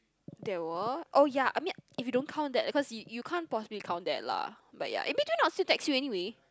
they were oh ya I mean if you don't count that because you you can't possibly count that lah but ya imagine I'll still text you anyway